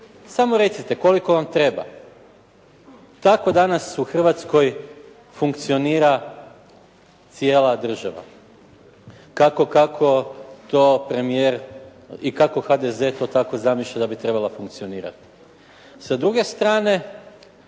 samo recite koliko vam treba. Tako danas u Hrvatskoj funkcionira cijela država kako to premijer i kako HDZ to zamišlja da bi trebala funkcionirati. Sa druge strane